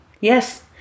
yes